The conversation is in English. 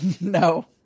No